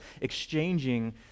exchanging